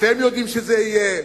אתם יודעים שזה יהיה,